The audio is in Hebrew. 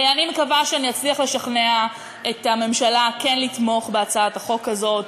אני מקווה שאני אצליח לשכנע את הממשלה כן לתמוך בהצעת החוק הזאת,